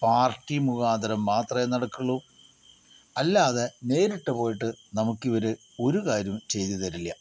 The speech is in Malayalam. പാർട്ടി മുഖാന്തരം മാത്രേ നടക്കുള്ളു അല്ലാതെ നേരിട്ട് പോയിട്ട് നമുക്ക് ഇവര് ഒരു കാര്യവും ചെയ്ത് തരില്യാ